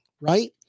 right